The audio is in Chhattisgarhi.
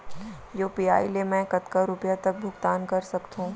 यू.पी.आई ले मैं कतका रुपिया तक भुगतान कर सकथों